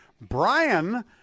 Brian